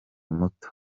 muto